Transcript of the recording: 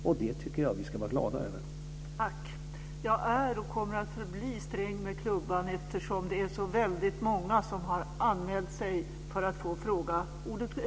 Jag tycker att vi ska vara glada över det.